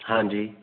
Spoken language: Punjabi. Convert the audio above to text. ਹਾਂਜੀ